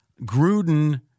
Gruden